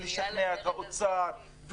ולשכנע את האוצר,